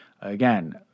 Again